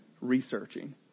researching